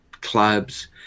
clubs